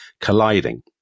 colliding